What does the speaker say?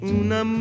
una